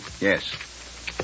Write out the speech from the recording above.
Yes